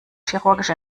chirurgisch